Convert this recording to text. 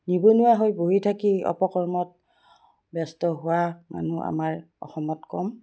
নিবনুৱা হৈ বহি থাকি অপকৰ্মত ব্যস্ত হোৱা মানুহ আমাৰ অসমত কম